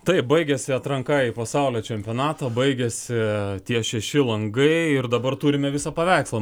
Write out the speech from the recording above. taip baigėsi atranka į pasaulio čempionatą baigėsi tie šeši langai ir dabar turime visą paveikslą